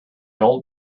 old